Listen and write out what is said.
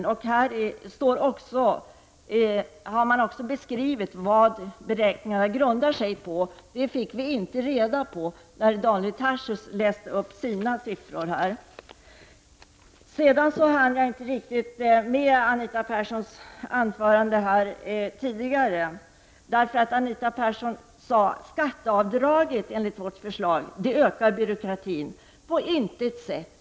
Motionen innehåller också en beskrivning av vad beräkningarna grundar sig på. Det fick vi inte veta när Daniel Tarschys läste upp sina siffror. Jag hann tidigare inte riktigt med att kommentera Anita Perssons anförande. Hon sade att skatteavdraget enligt vårt förslag ökar byråkratin.